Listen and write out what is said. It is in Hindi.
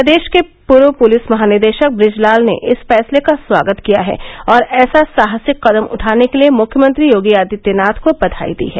प्रदेश के पूर्व पुलिस महानिदेशक ब्रजलाल ने इस फैसले का स्वागत किया है और ऐसा साहसिक कदम उठाने के लिए मुख्यमंत्री योगी आदित्यनाथ को बधाई दी है